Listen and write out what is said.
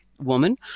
woman